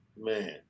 Man